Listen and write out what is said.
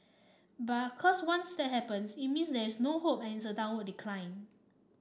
but cause once that happens it means there is no hope and it's a downward decline